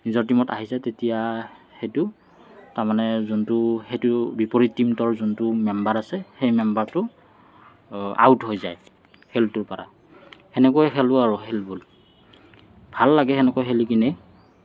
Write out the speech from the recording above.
নিজৰ টিমত আহি যায় তেতিয়া সেইটো তাৰমানে যোনটো সেইটো বিপৰীত টিমটোৰ যোনটো মেম্বাৰ আছে সেই মেম্বাৰটো আউট হৈ যায় খেলটোৰ পৰা সেনেকৈ খেলোঁ আৰু খেলবোৰ ভাল লাগে খেলিকেনে